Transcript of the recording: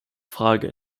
frage